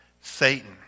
Satan